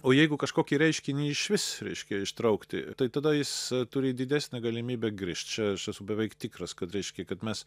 o jeigu kažkokį reiškinį išvis reiškia ištraukti tai tada jis turi didesnę galimybę grįžt čia aš esu beveik tikras kad reiškia kad mes